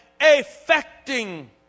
affecting